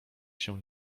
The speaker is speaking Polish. się